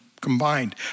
combined